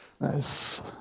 Nice